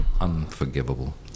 Unforgivable